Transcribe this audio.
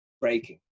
breaking